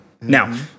Now